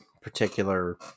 particular